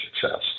success